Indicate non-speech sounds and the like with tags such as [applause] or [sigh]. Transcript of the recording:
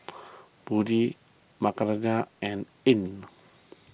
[noise] Budi Raihana and Ain